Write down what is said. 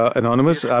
anonymous